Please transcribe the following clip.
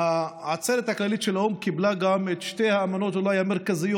העצרת הכללית של האו"ם קיבלה גם את שתי האמנות המרכזיות,